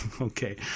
Okay